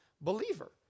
believer